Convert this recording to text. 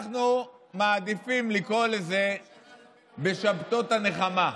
אנחנו מעדיפים לקרוא לזה "שבתות הנחמה".